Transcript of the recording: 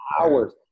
hours